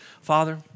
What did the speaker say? Father